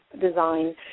design